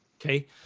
okay